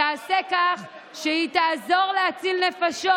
תיעשה כך שהיא תעזור להציל נפשות.